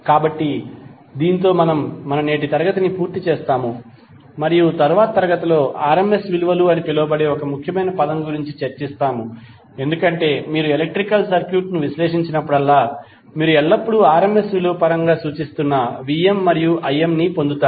కాబట్టి దీనితో మనము మన నేటి తరగతి ని పూర్తి చేస్తాము మరియు తరువాతి తరగతిలో RMS విలువలు అని పిలువబడే ఒక ముఖ్యమైన పదం గురించి చర్చిస్తాము ఎందుకంటే మీరు ఎలక్ట్రికల్ సర్క్యూట్ను విశ్లేషించినప్పుడల్లా మీరు ఎల్లప్పుడూ RMS విలువ పరంగా సూచిస్తున్న Vm మరియు Im ని పొందుతారు